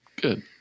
good